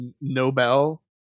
nobel